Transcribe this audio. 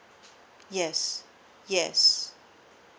yes yes